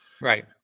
right